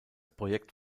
projekt